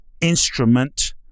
instrument